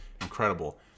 incredible